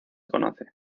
conoce